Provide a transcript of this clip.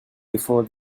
before